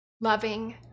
loving